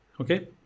okay